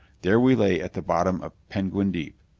there we lay at the bottom of penguin deep,